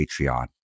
Patreon